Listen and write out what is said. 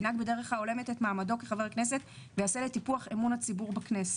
ינהג בדרך ההולמת את מעמדו כחבר כנסת ויעשה לטיפוח אמון הציבור בכנסת.